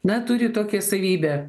na turi tokią savybę